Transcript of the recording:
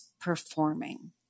performing